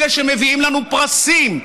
אלה שמביאים לנו פרסים,